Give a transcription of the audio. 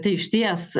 tai išties